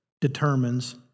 determines